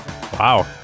Wow